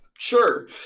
Sure